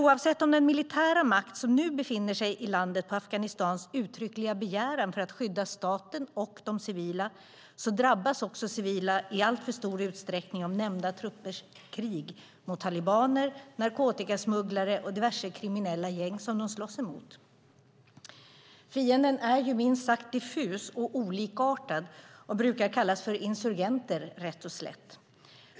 Oavsett om den militära makt som på Afghanistans uttryckliga begäran nu befinner sig i landet för att skydda staten och de civila drabbas civila i alltför stor utsträckning av nämnda truppers krig mot talibaner, narkotikasmugglare och diverse kriminella gäng de slåss emot. Fienden är minst sagt diffus och olikartad och brukar kallas för insurgenter, rätt och slätt.